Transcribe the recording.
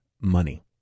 money